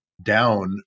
down